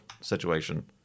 situation